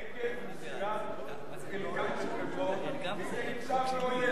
עקב מסירת חלקה של חברון לידי צר ואויב.